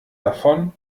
davon